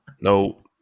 no